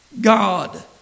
God